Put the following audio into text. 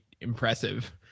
impressive